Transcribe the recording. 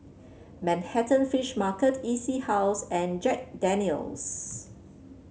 Manhattan Fish Market E C House and Jack Daniel's